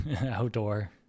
outdoor